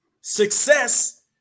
Success